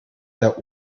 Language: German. der